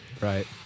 Right